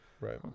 right